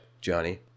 Johnny